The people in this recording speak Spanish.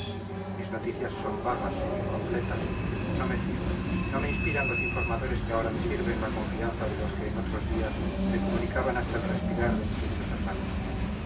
mis noticias son vagas incompletas no me fío no me inspiran los informadores que ahora me sirven la confianza de los que en otros días me comunicaban hasta el respirar de mi querido fernando